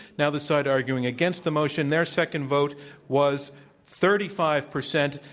now, the side arguing against the motion, their second vote was thirty five percent.